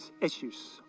issues